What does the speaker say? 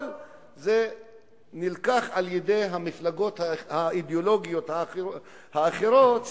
אבל זה נלקח על-ידי המפלגות האידיאולוגיות האחרות,